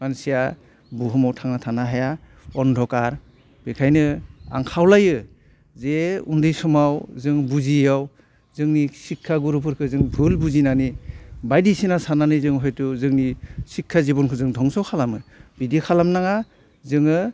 मानसिया बुहुमाव थांना थानो हाया अन्ध'खार बेखायनो आं खावलायो जे उन्दै समाव जों बुजियैआव जोंनि सिख्खा गुरुफोरखौ जों भुल बुजिनानै बायदिसिना साननानै जों हयथ' जोंनि सिख्खा जिब'नखौ जों धंस' खालामो बिदि खालामनाङा जोङो